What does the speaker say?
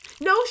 No